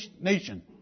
nation